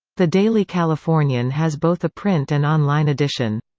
the daily californian has both a print and online edition.